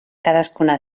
cadascuna